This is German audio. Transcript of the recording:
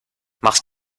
machst